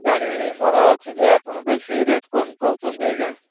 ଗାଡ଼ି ମୋର ଅଛି ଯେ ଆପଣ ବେଶି ରେଟ କମ କହୁଛନ୍ତି ଆଜ୍ଞା